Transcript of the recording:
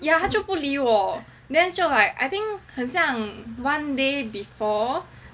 ya 他就不理我 then 就 like I think 很像 one day before